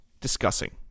discussing